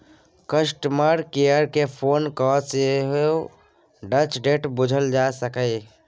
customer care केँ phone कए सेहो ड्यु डेट बुझल जा सकैए